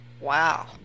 Wow